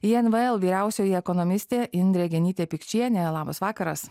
invl vyriausioji ekonomistė indrė genytė pikčienė labas vakaras